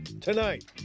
tonight